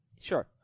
Sure